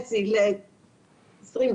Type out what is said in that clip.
מ-15.5% ל-24%.